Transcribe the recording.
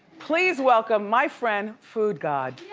please welcome my friend, foodgod.